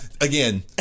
again